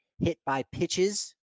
hit-by-pitches